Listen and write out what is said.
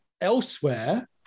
elsewhere